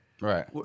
Right